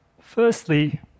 Firstly